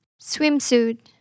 swimsuit